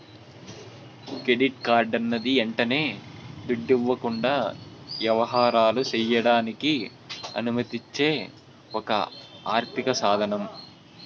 credit కార్డన్నది యంటనే దుడ్డివ్వకుండా యవహారాలు సెయ్యడానికి అనుమతిచ్చే ఒక ఆర్థిక సాదనం